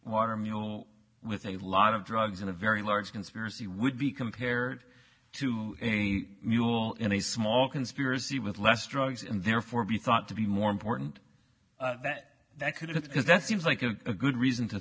water mule with a lot of drugs in a very large conspiracy would be compared to a mule in a small conspiracy with less drugs and therefore be thought to be more important that that could have because that seems like a good reason to